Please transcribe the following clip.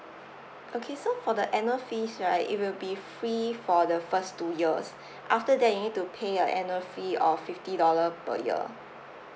okay so for the annual fees right it will be free for the first two years after that you need to pay a annual fee of fifty dollar per year